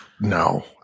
No